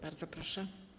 Bardzo proszę.